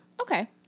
Okay